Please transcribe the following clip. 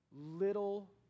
Little